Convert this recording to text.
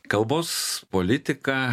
kalbos politika